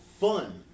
Fun